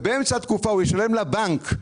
ובאמצע התקופה הוא ישלם לבנק,